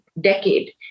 decade